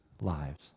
lives